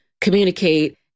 communicate